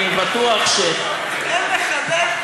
אני בטוח, אין לך לב?